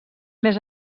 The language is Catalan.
més